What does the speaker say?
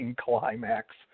climax